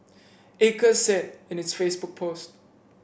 acres said in its Facebook post